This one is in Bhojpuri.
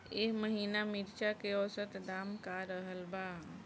एह महीना मिर्चा के औसत दाम का रहल बा?